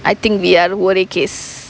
I think we are ஒரே:orae case